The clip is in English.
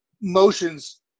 motions